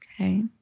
Okay